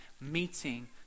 meeting